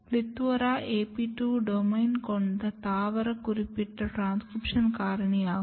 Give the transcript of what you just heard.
PLETHORA AP2 domain கொண்ட தாவரம் குறிப்பிட்ட டிரான்ஸ்கிரிப்ஷன் காரணி ஆகும்